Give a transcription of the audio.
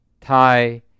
Thai